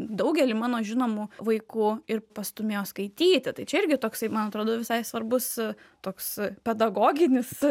daugelį mano žinomų vaikų ir pastūmėjo skaityti tai čia irgi toksai man atrodo visai svarbus toks pedagoginis